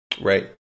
right